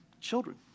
children